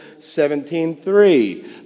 17.3